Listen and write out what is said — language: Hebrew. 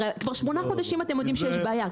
הרי כבר שמונה חודשים אתם יודעים שיש בעיה,